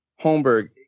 holmberg